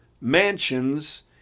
mansions